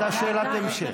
אתה, שאלת המשך.